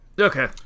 Okay